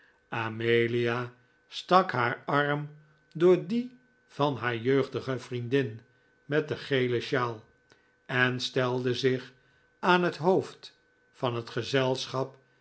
amelia stak haar arm door dien van haar jeugdige vriendin met de gele sjaal en stelde zich aan het hoofd van het gezelschap